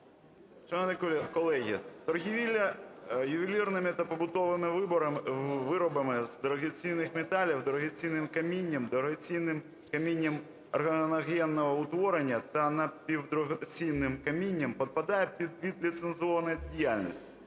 Шановні колеги, торгівля ювелірними та побутовими виробами з дорогоцінних металів, дорогоцінним камінням, дорогоцінним камінням органогенного утворення та напівдорогоцінним камінням підпадає під вид ліцензійної діяльності